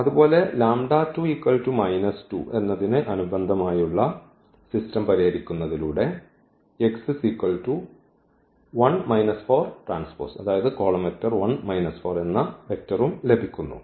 അതുപോലെ അതിന് അനുബന്ധമായി ഉള്ള സിസ്റ്റം പരിഹരിക്കുന്നതിലൂടെ എന്ന വെക്ടറൂം ലഭിക്കുന്നു